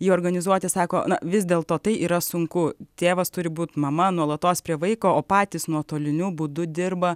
jį organizuoti sako na vis dėlto tai yra sunku tėvas turi būt mama nuolatos prie vaiko o patys nuotoliniu būdu dirba